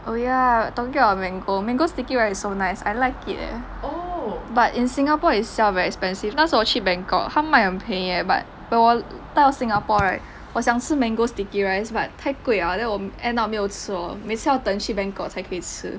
oh ya talking about mango mango sticky rice it's so nice I like it leh but in singapore it's sell very expensive 那时我去 bangkok 他卖很便宜而已 but when 我到 singapore right 我想吃 mango sticky rice but 太贵 liao then 我 end up 没有吃 lor 每次要等去 bangkok 才可以吃